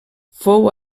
fou